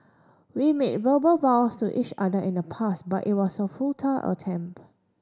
we made verbal vows to each other in the past but it was a futile attempt